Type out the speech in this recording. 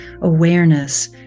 awareness